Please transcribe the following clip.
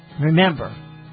Remember